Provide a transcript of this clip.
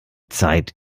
zeit